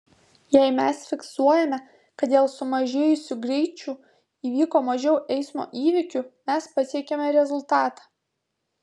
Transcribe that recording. jei mes fiksuojame kad dėl sumažėjusių greičių įvyko mažiau eismo įvykių mes pasiekiame rezultatą